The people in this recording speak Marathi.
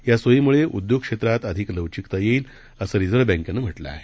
या सोयीमुळे उद्योग क्षेत्रामध्ये अधिक लवचिकता येईल असं रिझर्व्ह बँकेनी म्हटलं आहे